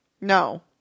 No